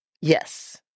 Yes